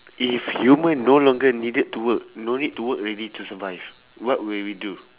if human no longer needed to work no need to work already to survive what will you do